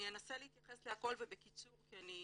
אני אנסה להתייחס להכל ובקיצור כי אני